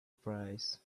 price